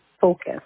focus